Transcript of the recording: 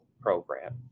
program